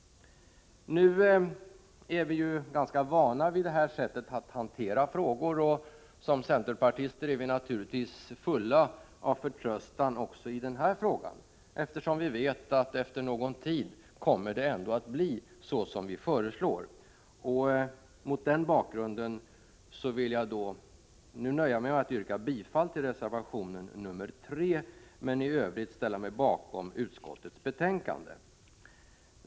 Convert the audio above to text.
Vi är ju ganska vana vid detta sätt att hantera frågor, och som centerpartister är vi fulla av förtröstan också i denna fråga. Vi vet att efter en tid blir det ändå som vi föreslår. Mot den bakgrunden nöjer jag mig med att yrka bifall till reservation 3 och därutöver ställa mig bakom utskottets betänkande.